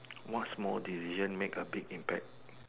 what small decision make a big impact